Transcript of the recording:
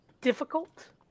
difficult